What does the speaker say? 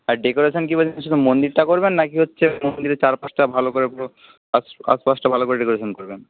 আর decoration কি বলছেন শুধু মন্দিরটা করবেন নাকি হচ্ছে মন্দিরের চারপাশটা ভালো করে পুরো আশ আশপাশটা ভালো করে ডেকরেশন করবেন